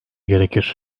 gerekir